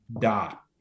dot